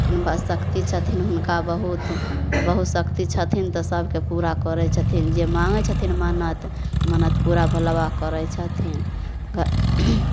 लेकिन बा शक्ति छथिन हुनका बहुत बहुत शक्ति छथिन तऽ सभके पूरा करै छथिन जे माँगै छथिन मन्नत मन्नत पूरा भोलाबाबा पूरा करै छथिन ग